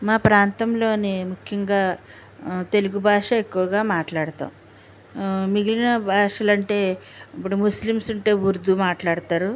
మా ప్రాంతంలో ముఖ్యంగా తెలుగు భాష ఎక్కువగా మాట్లాడుతాం మిగిలిన భాషలు అంటే ఇప్పుడు ముస్లిమ్స్ ఉంటే ఉర్దూ మాట్లాడతారు